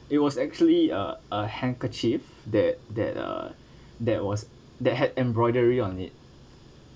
it was actually a a handkerchief that that uh that was that had embroidery on it